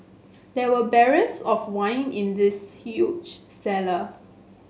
there were barrels of wine in this huge cellar